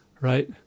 right